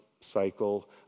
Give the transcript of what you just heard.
cycle